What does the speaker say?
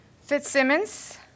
Fitzsimmons